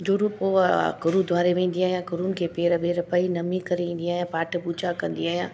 दुरुपोआ गुरुद्वारे वेंदी आहियां गुरुनि खे पेर ॿेर पई नमी ईंदी आहियां पाठ पूॼा कंदी आहियां